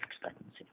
expectancy